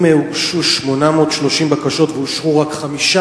אם הוגשו 830 בקשות ואושרו רק חמש,